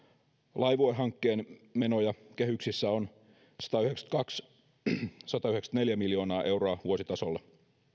laivue hankkeen menoja kehyksissä on satayhdeksänkymmentäneljä miljoonaa euroa vuositasolla